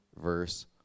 verse